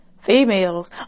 Females